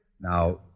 Now